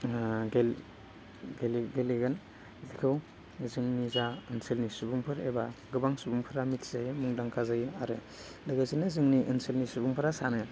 गेल गेले गेलेगोन बेखौ जोंनि जा ओनसोलनि सुबुंफोर एबा गोबां सुबुंफ्रा मिथिजायो मुंदांखा जायो आरो लोगोसेनो जोंनि ओनसोलनि सुबुंफोरा सानो